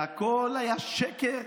והכול היה שקר.